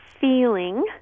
feeling